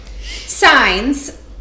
signs